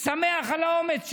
שמח על האומץ שלך.